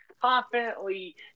confidently